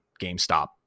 GameStop